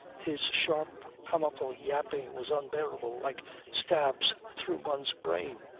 his sharp comical yapping was unbearable, like stabs through one's brain,